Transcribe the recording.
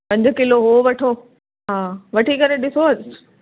पंज किलो उहो वठो हा वठी करे ॾिसो